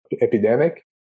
epidemic